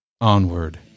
onward